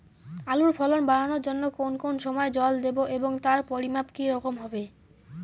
আলুর ফলন বাড়ানোর জন্য কোন কোন সময় জল দেব এবং তার পরিমান কি রকম হবে?